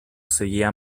seguía